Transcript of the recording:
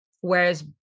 Whereas